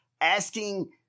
asking